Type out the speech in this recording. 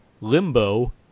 Limbo